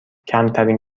کمترین